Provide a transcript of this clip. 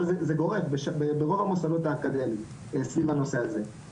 אבל זה גורף ברוב המוסדות האקדמיים סביב הנושא הזה,